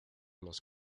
las